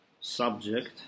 subject